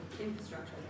Infrastructure